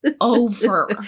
over